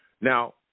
Now